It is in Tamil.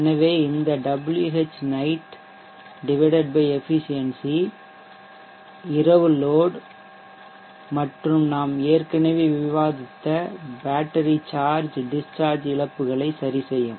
எனவே இந்த Whnight எஃபிசியென்சி இரவுலோட் மற்றும் நாம் ஏற்கனவே விவாதித்த பேட்டரி சார்ஜ் டிஷ்சார்ஜ் இழப்புகளை சரி செய்யும்